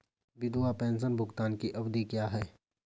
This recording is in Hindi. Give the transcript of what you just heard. विधवा पेंशन भुगतान की अवधि क्या है?